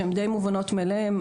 שהן די מובנות מאליהן,